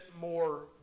more